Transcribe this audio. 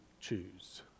choose